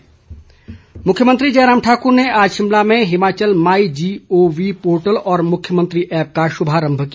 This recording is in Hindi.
मुख्यमंत्री मुख्यमंत्री जयराम ठाकुर ने आज शिमला में हिमाचल माई जीओवी पोर्टल और मुख्यमंत्री ऐप्प का शुभारंभ किया